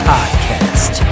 Podcast